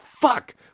fuck